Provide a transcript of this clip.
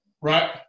right